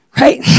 right